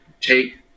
take